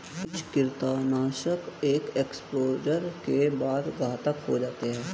कुछ कृंतकनाशक एक एक्सपोजर के बाद घातक हो जाते है